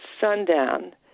sundown